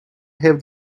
have